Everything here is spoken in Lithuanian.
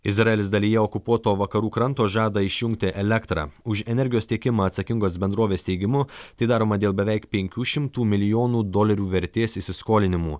izraelis dalyje okupuoto vakarų kranto žada išjungti elektrą už energijos tiekimą atsakingos bendrovės teigimu tai daroma dėl beveik penkių šimtų milijonų dolerių vertės įsiskolinimų